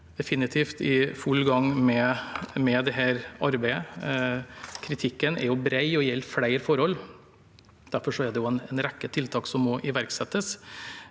definitivt i full gang med dette arbeidet. Kritikken er bred og gjelder flere forhold, og derfor er det også en rekke tiltak som må iverksettes.